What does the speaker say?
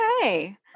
Okay